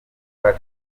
call